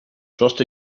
trust